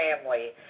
family